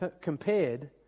compared